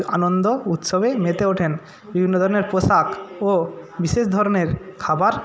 আনন্দ উৎসবে মেতে ওঠেন বিভিন্ন ধরনের পোশাক ও বিশেষ ধর্মের খাবার